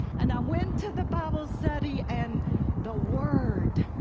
and i went to the bible study, and the word,